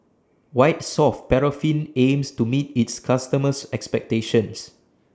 White Soft Paraffin aims to meet its customers' expectations